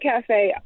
Cafe